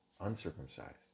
uncircumcised